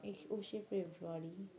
একুশে ফেব্রুয়ারি